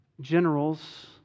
generals